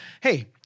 hey